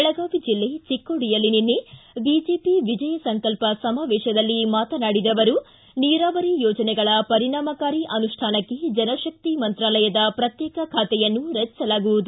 ಬೆಳಗಾವಿ ಜಿಲ್ಲೆ ಚಿಕ್ಕೋಡಿಯಲ್ಲಿ ನಿನ್ನೆ ಬಿಜೆಪಿ ವಿಜಯ ಸಂಕಲ್ಪ ಸಮಾವೇಶದಲ್ಲಿ ಮಾತನಾಡಿದ ಅವರು ನೀರಾವರಿ ಯೋಜನೆಗಳ ಪರಿಣಾಮಕಾರಿ ಅನುಷ್ಠಾನಕ್ಕೆ ಜನಶಕ್ತಿ ಮಂತ್ರಾಲಯದ ಪ್ರತ್ಯೇಕ ಖಾತೆಯನ್ನು ರಚಿಸಲಾಗುವುದು